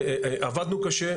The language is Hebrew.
עבדנו קשה,